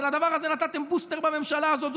ולדבר הזה נתתם בוסטר בממשלה הזאת.